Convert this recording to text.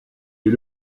est